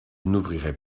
n’ouvrirai